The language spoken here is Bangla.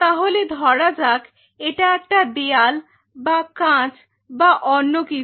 তাহলে ধরা যাক এটা একটা দেওয়াল বা কাঁচ বা অন্য কিছু